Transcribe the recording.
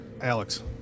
Alex